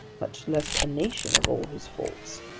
much less a nation, of all his faults.